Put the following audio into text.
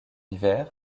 hiver